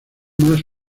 más